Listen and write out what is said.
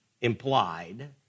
implied